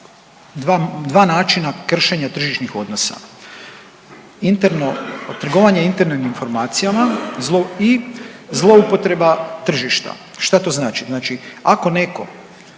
dva načina kršenja tržišnih odnosa. Interno, trgovanje internim informacijama i zloupotreba tržišta. Šta to znači? Znači ako netko